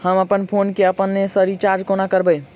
हम अप्पन फोन केँ अपने सँ रिचार्ज कोना करबै?